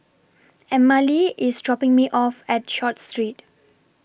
Emmalee IS dropping Me off At Short Street